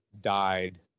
died